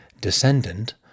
Descendant